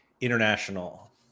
international